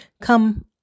come